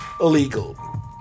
Illegal